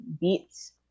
beats